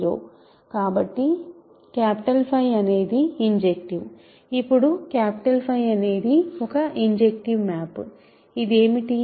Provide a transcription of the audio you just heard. కాబట్టి 𝚽 అనేది ఇంజెక్టివ్ ఇప్పుడు 𝚽 అనేది ఒక ఇంజెక్టివ్ మ్యాప్ ఇది ఏమిటి